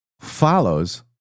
follows